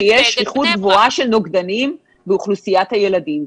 -- שיש כמות גבוהה של נוגדנים באוכלוסיית הילדים.